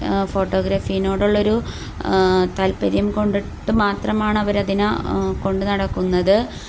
ഫോട്ടോഗ്രാഫിയിനോടുള്ളൊരു താൽപര്യം കൊണ്ടിട്ട് മാത്രമാണ് അവരതിനെ കൊണ്ടുനടക്കുന്നത്